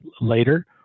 later